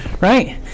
right